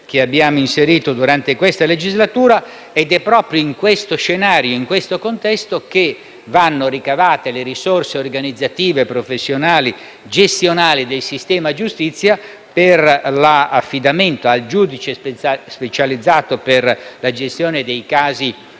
che abbiamo introdotto durante questa legislatura. È proprio in questo scenario e in questo contesto che devono essere individuate le risorse organizzative, professionali, gestionali del sistema giustizia per l'affidamento al giudice specializzato della gestione dei casi